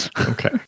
Okay